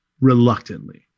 reluctantly